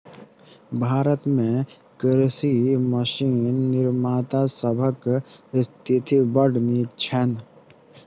भारत मे कृषि मशीन निर्माता सभक स्थिति बड़ नीक छैन